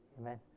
Amen